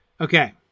okay